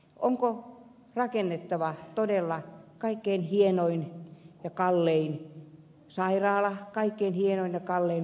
onko rakennettava todella kaikkein hienoin ja kallein sairaala kaikkein hienoin ja kallein koulu